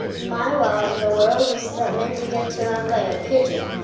my wow in the world is that mindy gets around by a pigeon